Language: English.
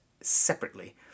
separately